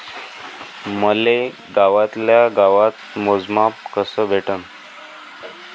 मले गावातल्या गावात मोजमाप कस भेटन?